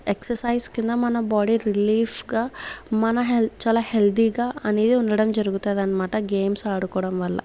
exercise కింద మన body relief గా మన హెల్త్ చాలా హెల్దీ గా అనేది ఉండడం జరుగుతుందనామాట గేమ్స్ ఆడుకోవడం వల్ల